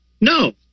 No